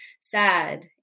sad